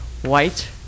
white